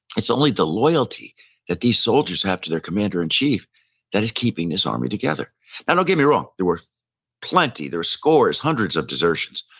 it's only the loyalty that these soldiers have to their commander-in-chief that is keeping this army together now don't get me wrong. there were plenty, there were scores, hundreds of desertions.